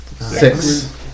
six